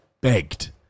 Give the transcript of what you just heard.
begged